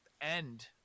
end